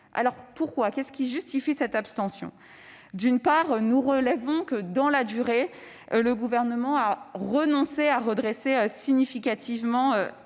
lois de règlement. Comment justifier cette abstention ? D'une part, nous relevons que, dans la durée, le Gouvernement a renoncé à redresser significativement